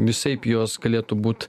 visaip jos galėtų būt